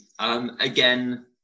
Again